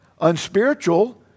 unspiritual